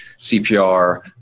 CPR